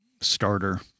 starter